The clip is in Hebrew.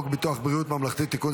ביטוח בריאות ממלכתי (תיקון,